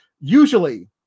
Usually